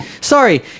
Sorry